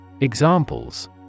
Examples